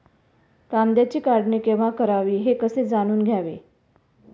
कांद्याची काढणी केव्हा करावी हे कसे जाणून घ्यावे?